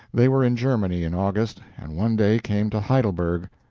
they were in germany in august, and one day came to heidelberg,